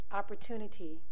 opportunity